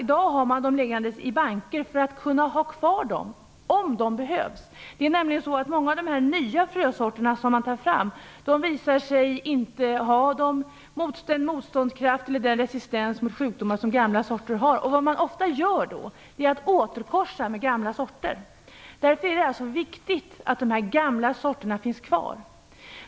I dag har man dem liggande i banker för att kunna ha dem kvar om de behövs. Många av de nya frösorterna som tas fram har inte den motståndskraft eller resistens mot sjukdomar som gamla sorter har. Vad man ofta gör då är att man återkorsar med gamla sorter. Det är därför som det är så viktigt att de gamla sorterna finns kvar.